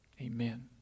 Amen